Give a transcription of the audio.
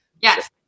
Yes